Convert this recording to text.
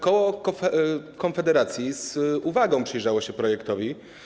Koło Konfederacji z uwagą przyjrzało się temu projektowi.